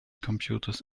computers